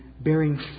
bearing